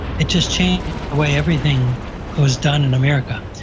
it just changed the way everything was done in america.